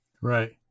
Right